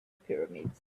pyramids